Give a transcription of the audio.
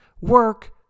Work